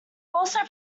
also